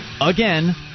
again